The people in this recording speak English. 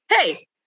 hey